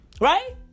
Right